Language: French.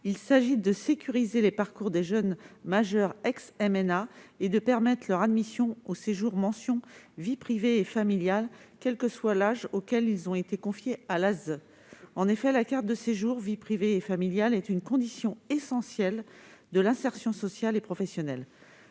vise à sécuriser les parcours des jeunes majeurs ex-MNA et de permettre leur admission au séjour mention « vie privée et familiale », quel que soit l'âge auquel ils ont été confiés à l'ASE. En effet, la carte de séjour « vie privée et familiale » est une condition essentielle de l'insertion sociale et professionnelle.